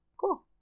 Cool